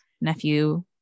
nephew